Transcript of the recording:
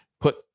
put